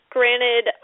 Granted